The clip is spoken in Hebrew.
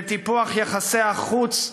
לטיפוח יחסי החוץ,